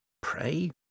Pray